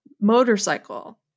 motorcycle